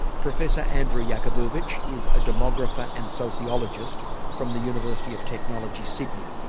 professor andrew jakubowicz is a demographer and sociologist from the university of technology sydney.